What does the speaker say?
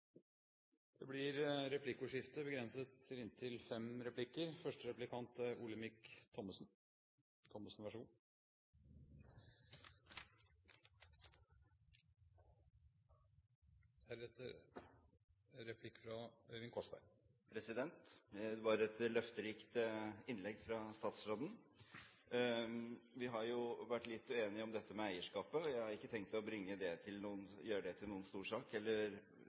Det blir replikkordskifte. Det var et løfterikt innlegg fra statsråden. Vi har jo vært litt uenige om dette med eierskapet. Jeg har ikke tenkt å gjøre det til noen stor sak eller invitere til noen